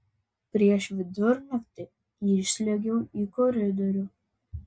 prieš vidurnaktį išsliuogiau į koridorių